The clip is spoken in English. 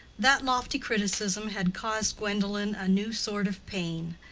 that lofty criticism had caused gwendolen a new sort of pain.